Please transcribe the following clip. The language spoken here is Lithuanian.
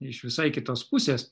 iš visai kitos pusės